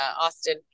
Austin